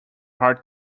hard